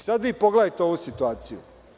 Sada vi pogledajte ovu situaciju.